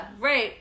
Right